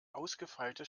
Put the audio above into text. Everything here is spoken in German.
ausgefeilte